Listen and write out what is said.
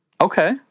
Okay